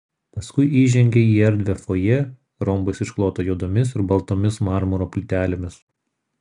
paskui įžengė į erdvią fojė rombais išklotą juodomis ir baltomis marmuro plytelėmis